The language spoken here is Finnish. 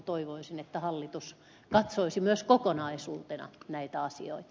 toivoisinkin että hallitus katsoisi myös kokonaisuutena näitä asioita